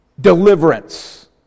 deliverance